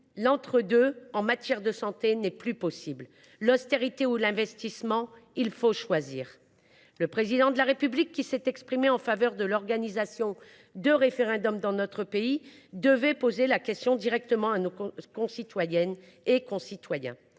l’entre deux en matière de santé n’est plus possible : l’austérité ou l’investissement, il faut choisir ! Le Président de la République, qui s’est déclaré favorable à l’organisation de référendums dans notre pays, devrait poser la question directement à nos concitoyennes et à nos concitoyens.